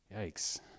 yikes